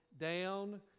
down